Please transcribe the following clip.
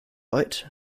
ort